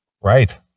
Right